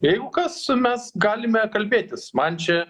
jeigu kas su mes galime kalbėtis man čia